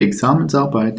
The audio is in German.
examensarbeit